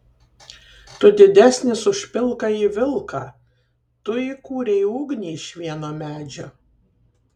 tu didesnis už pilkąjį vilką tu įkūrei ugnį iš vieno medžio